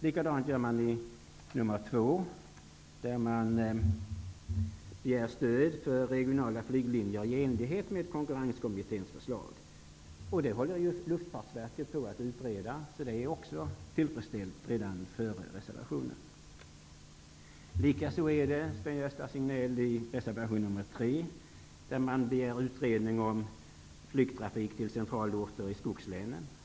Likadant är det i reservation 2, där man begär stöd till regionala flyglinjer i enlighet med Konkurrenskommitténs förslag. Det håller Luftfartsverket på att utreda. Det är alltså också redan tillgodosett. Likadant är det, Sven-Gösta Signell, med reservation 3. Där begär man en utredning om flygtrafik till centralorter i skogslänen.